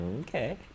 Okay